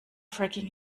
fracking